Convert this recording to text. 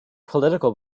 political